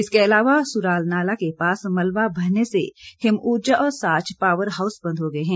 इसके अलावा सुराल नाला के पास मलबा भरने से हिम ऊर्जा और साच पावर हाउस बंद हो गए हैं